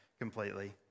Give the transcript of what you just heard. Completely